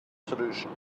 solution